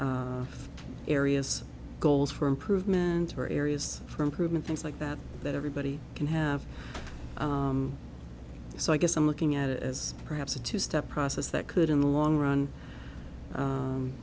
determining areas goals for improvement or areas for improvement things like that that everybody can have so i guess i'm looking at it as perhaps a two step process that could in the long run